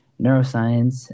neuroscience